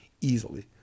easily